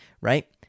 right